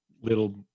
little